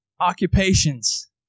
occupations